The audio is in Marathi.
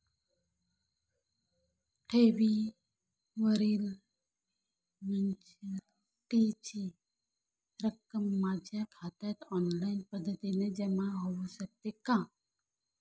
ठेवीवरील मॅच्युरिटीची रक्कम माझ्या खात्यात ऑनलाईन पद्धतीने जमा होऊ शकते का?